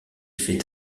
fait